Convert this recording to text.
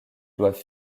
doivent